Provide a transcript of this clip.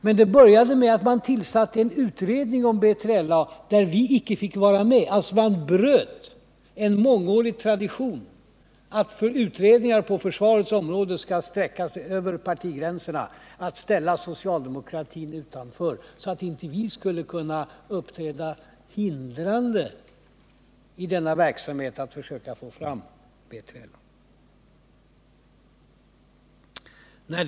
Men det började med att man tillsatte en utredning om B3LA där vi inte fick vara med. Man bröt mångårig tradition att utredningar på försvarets område skall sträcka sig över partigränserna genom att ställa socialdemokratin utanför, så att vi inte skulle kunna uppträda hindrande i denna verksamhet att försöka få fram B3LA.